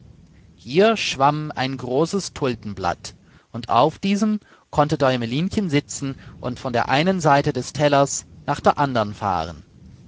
hier schwamm ein großes tulpenblatt und auf diesem konnte däumelinchen sitzen und von der einen seite des tellers nach der andern fahren